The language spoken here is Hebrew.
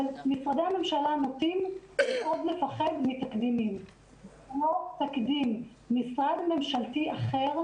משרדי הממשלה נוטים מאוד לפחד מתקדימים כמו תקדים משרד ממשלתי אחר,